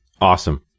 Awesome